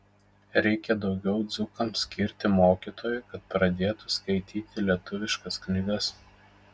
reikia daugiau dzūkams skirti mokytojų kad pradėtų skaityti lietuviškas knygas